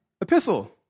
epistle